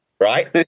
right